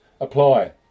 apply